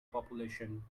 population